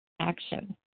Action